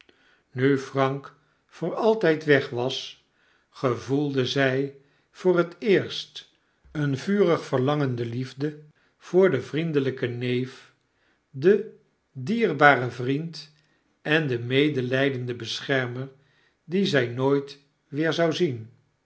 nu prank voor altgd mg was gevoelde zg voor het eerst eene vurig verlangende liefde voor den vriendelgken neef den dierbaren vriend en den medelgdenden beschermer dien zij nooit weer zou zien